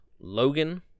Logan